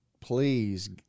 please